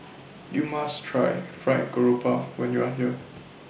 YOU must Try Fried Garoupa when YOU Are here